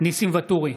ניסים ואטורי,